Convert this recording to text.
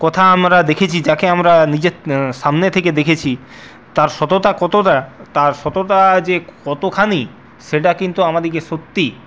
কথা আমরা দেখেছি যাকে আমরা নিজের সামনে থেকে দেখেছি তার সততা কতটা তার সততা যে কতখানি সেটা কিন্তু আমাদিগকে সত্যি